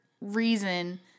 reason